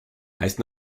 heißt